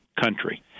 country